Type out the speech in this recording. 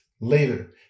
later